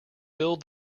build